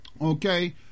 Okay